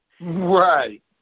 Right